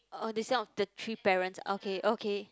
orh descend of the three parents okay okay